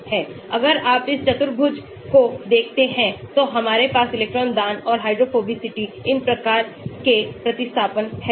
अगर आप इस चतुर्भुज को देखते हैं तो हमारे पास इलेक्ट्रॉन दान और हाइड्रोफोबिसिटी इन प्रकार के प्रतिस्थापन हैं